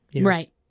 Right